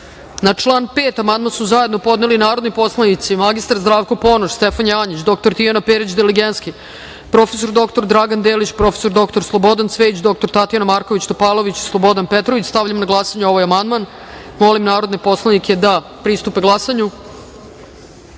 član 4. amandman su zajedno podneli narodni poslanici mr Zdravko Ponoš, Stefan Janjić, dr Tijana Perić Diligenski, prof. dr Dragan Delić, prof. dr Slobodan Cvejić, dr Tatjana Marković Topalović i Slobodan Petrović. Stavljam na glasanje ovaj amandman. Molim narodne poslanike da glasaju. Zaključujem